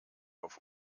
auf